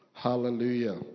Hallelujah